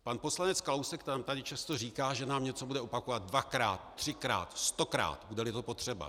Pan poslanec Kalousek nám tady často říká, že nám něco bude opakovat dvakrát, třikrát, stokrát, budeli to potřeba.